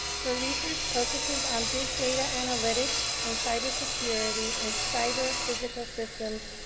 her research focuses on big data analytics, and cyber security, and cyber physical systems,